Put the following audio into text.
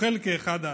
אוכל כאחד האדם.